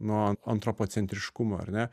nuo antropocentriškumo ar ne